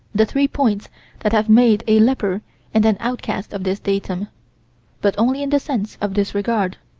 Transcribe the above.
the three points that have made a leper and an outcast of this datum but only in the sense of disregard,